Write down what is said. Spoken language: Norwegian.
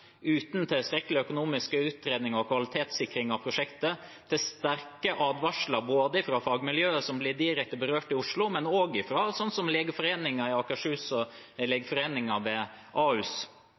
uten tilstrekkelige økonomiske utredninger og kvalitetssikringer av prosjektet og til sterke advarsler, både fra fagmiljøet som blir direkte berørt i Oslo, og fra f.eks. Legeforeningen i Akershus og Legeforeningen ved